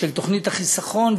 של תוכנית החיסכון,